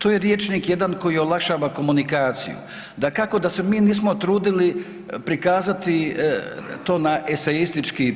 To je rječnik jedan koji olakšava komunikaciju, dakako da se mi nismo trudili prikazati to na esejistički